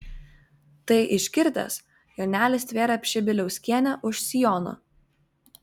tai išgirdęs jonelis stvėrė pšibiliauskienę už sijono